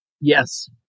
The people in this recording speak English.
Yes